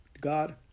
God